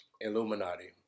Illuminati